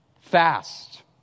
fast